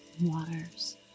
waters